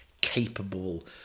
capable